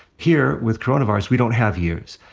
here, with coronavirus, we don't have years.